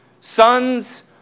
Sons